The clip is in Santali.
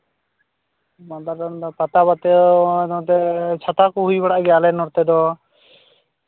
ᱢᱟᱞᱫᱟ ᱨᱮᱱ ᱫᱚ ᱯᱟᱛᱟ ᱠᱚᱫᱚ ᱱᱚᱸᱰᱮ ᱪᱷᱟᱛᱟ ᱠᱚ ᱦᱩᱭᱩᱜ ᱵᱟᱲᱟᱜ ᱜᱮᱭᱟ ᱟᱞᱮ ᱱᱚᱛᱮ ᱫᱚ